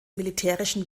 militärischen